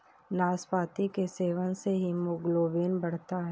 नाशपाती के सेवन से हीमोग्लोबिन बढ़ता है